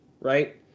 right